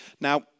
Now